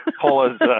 Paula's